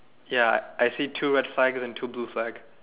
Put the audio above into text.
ya I see two red flags and two blue flags